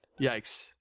Yikes